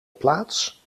plaats